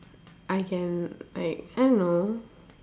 I can like I don't know